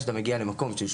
וגם